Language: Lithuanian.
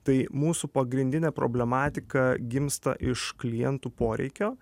tai mūsų pagrindinė problematika gimsta iš klientų poreikio